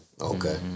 Okay